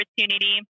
opportunity